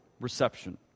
reception